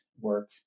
work